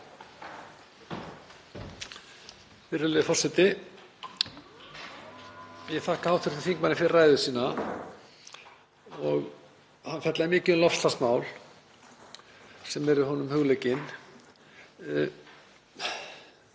Virðulegi forseti. Ég þakka hv. þingmanni fyrir ræðu sína og hann fjallaði mikið um loftslagsmál sem eru honum hugleikin.